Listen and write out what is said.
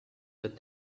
but